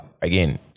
again